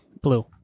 Blue